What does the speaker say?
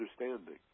understanding